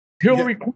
Hillary